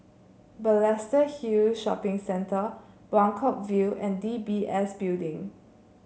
Balestier Hill Shopping Centre Buangkok View and D B S Building